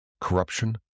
corruption